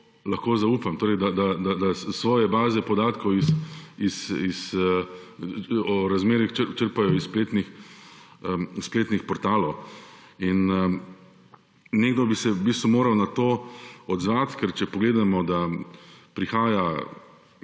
lahko zaupam, torej da svoje baze podatkov o razmerah črpajo s spletnih portalov. Nekdo bi se moral na to odzvati. Ker če pogledamo, da prihaja